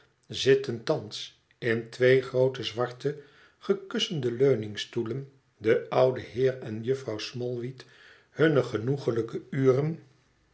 zitten thans in twee groote zwarte gekussende leuningstoelen de oude heer en jufvrouw smallweed hunne genoeglijke uren